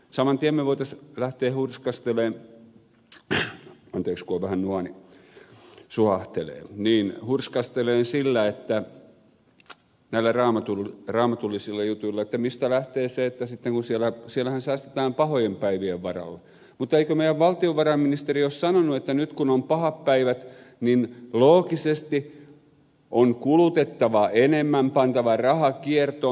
saman tien me voisimme lähteä hurskastelemaan anteeksi kun on vähän nuha niin suhahtelee sillä näillä raamatullisilla jutuilla että mistä lähtee se kun siellähän säästetään pahojen päivien varalle mutta eikö meidän valtiovarainministerimme ole sanonut että nyt kun on pahat päivät niin loogisesti on kulutettava enemmän pantava raha kiertoon